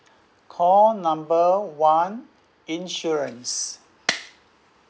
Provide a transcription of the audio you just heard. call number one insurance